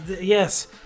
Yes